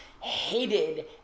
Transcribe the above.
hated